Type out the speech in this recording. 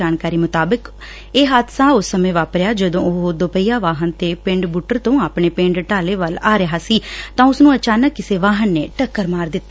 ਜਾਣਕਾਰੀ ਮੁਤਾਬਕ ਇਹ ਹਾਦਸਾ ਉਸ ਸਮੇਂ ਵਾਪਰਿਆਂ ਜਦੋ ਉਹ ਦੋਪਹੀਆ ਵਾਹਨ ਤੇ ਪਿੰਡ ਬੁੱਟਰ ਤੋ ਆਪਣੇ ਪਿੰਡ ਡਾਲੇ ਵੱਲ ਆ ਰਿਹਾ ਸੀ ਤਾਂ ਉਸ ਨੰ ਅਚਾਨਕ ਕਿਸੇ ਵਾਹਨ ਨੇ ਟੱਕਰ ਮਾਰ ਦਿੱਤੀ